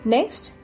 Next